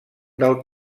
del